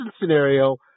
scenario